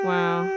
Wow